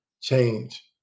change